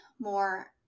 more